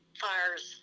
fires